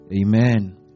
Amen